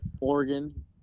Oregon